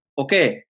Okay